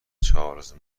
چارلز